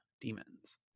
demons